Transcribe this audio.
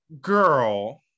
Girl